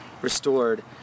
restored